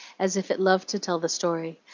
as if it loved to tell the story,